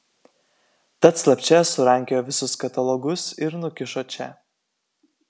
tad slapčia surankiojo visus katalogus ir nukišo čia